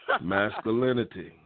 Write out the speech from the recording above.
Masculinity